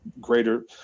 greater